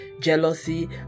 jealousy